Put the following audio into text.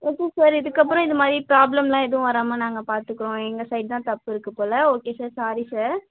okay sir இதுக்கப்புறம் இது மாதிரி ப்ராப்ளம்லாம் எதுவும் வராமல் நாங்கள் பார்த்துக்குறோம் எங்கள் சைட் தான் தப்பு இருக்கு போல் ஓகே சார் சாரி சார்